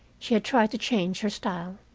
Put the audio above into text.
she had tried to change her style.